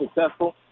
successful